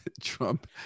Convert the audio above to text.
Trump